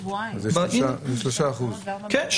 זה 3%. כן,